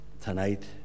tonight